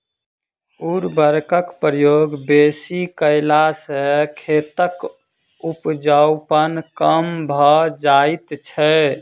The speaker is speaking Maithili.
उर्वरकक प्रयोग बेसी कयला सॅ खेतक उपजाउपन कम भ जाइत छै